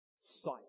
sight